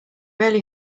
rarely